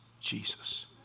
Jesus